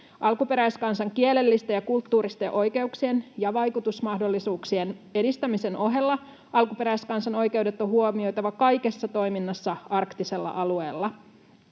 Alkuperäiskansan kielellisten ja kulttuuristen oikeuksien ja vaikutusmahdollisuuksien edistämisen ohella alkuperäiskansan oikeudet on huomioitava kaikessa toiminnassa arktisella alueella.